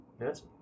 Yes